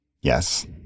Yes